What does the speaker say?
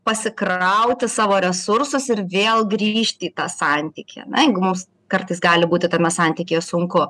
pasikrauti savo resursus ir vėl grįžti į tą santykį ar ne jeigu mums kartais gali būti tame santykyje sunku